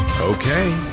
okay